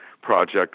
project